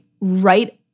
right